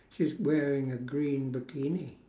she's wearing a green bikini